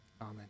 Amen